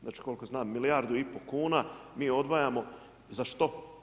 Znači koliko znam milijardu i po kuna mi odvajamo za što?